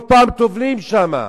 כל פעם טובלים שם,